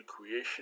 creation